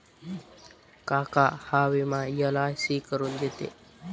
काका हा विमा एल.आय.सी करून देते